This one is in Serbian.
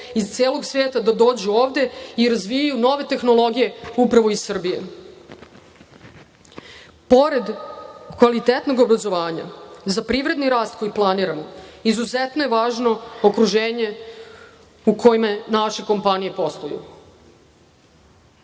iz celog sveta da dođu ovde, da razvijaju nove tehnologije upravo iz Srbije. Pored kvalitetnog obrazovanja, za privredni rast koji planiramo izuzetno je važno okruženje u kojem naše kompanije